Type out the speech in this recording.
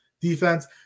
defense